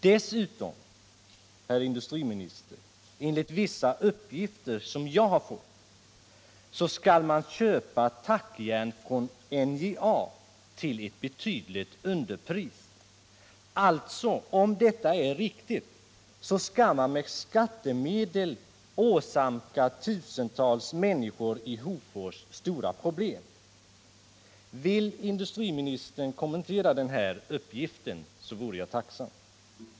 Dessutom, herr industriminister: Enligt vissa uppgifter som jag har fått skall man köpa tackjärn från NJA till vad som i betydande utsträckning är ett underpris. Om detta är riktigt, skall man alltså med skattemedel åsamka tusentals människor i Hofors stora problem. Vill industriministern kommentera den här uppgiften, så är jag tacksam.